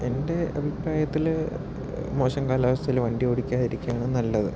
എൻ്റെ അഭിപ്രായത്തിൽ മോശം കാലാവസ്ഥയിൽ വണ്ടി ഓടിക്കാതിരിക്കുകയാണ് നല്ലത്